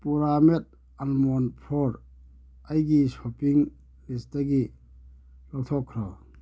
ꯄꯨꯔꯥꯃꯦꯠ almond flour ꯑꯩꯒꯤ shopping ꯂꯤꯁꯇꯒꯤ ꯂꯧꯊꯣꯛꯈ꯭ꯔꯣ